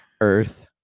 earth